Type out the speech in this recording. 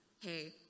hey